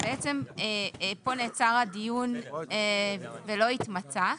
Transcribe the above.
כאן נעצר הדיון ולא מיצינו אותו.